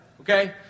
Okay